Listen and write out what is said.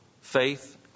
faith